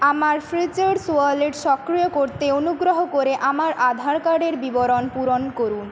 আমার Freecharge wallet সক্রিয় করতে অনুগ্রহ করে আমার আধার কার্ডের বিবরণ পূরণ করুন